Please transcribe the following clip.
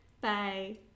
Bye